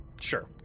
Sure